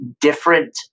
different